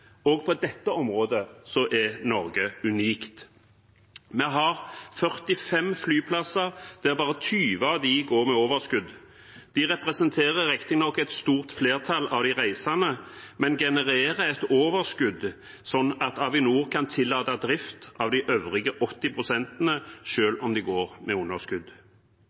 også på dette området er Norge unikt. Vi har 45 flyplasser, der bare 20 pst. av dem går med overskudd. De representerer riktignok et stort flertall av de reisende, men genererer et overskudd, slik at Avinor kan tillate drift av de øvrige 80 pst., selv om de går med underskudd.